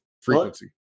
frequency